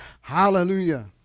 Hallelujah